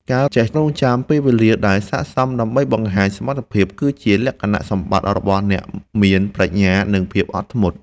ការចេះរង់ចាំពេលវេលាដែលសាកសមដើម្បីបង្ហាញសមត្ថភាពគឺជាលក្ខណៈសម្បត្តិរបស់អ្នកមានប្រាជ្ញា និង ភាពអត់ធ្មត់។